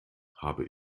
habe